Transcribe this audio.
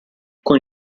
con